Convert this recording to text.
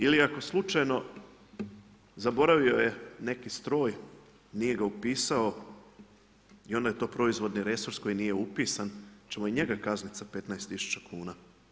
Ili ako slučajno, zaboravio je neki stroj, nije ga upisao i ona je to proizvodni resurs koji nije upisan, hoćemo i njega kazniti sa 15 tisuća kuna?